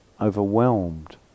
overwhelmed